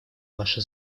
ваше